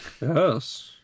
Yes